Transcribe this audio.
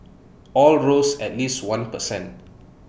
all rose at least one per cent